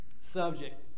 subject